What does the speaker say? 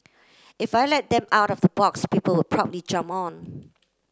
if I let them out of the box people probably jump on